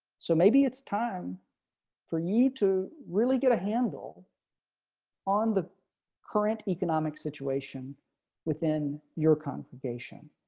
so maybe it's time for you to really get a handle on the current economic situation within your congregation